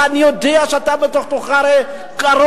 אני הרי יודע איך אתה בתוך תוכך קרוע.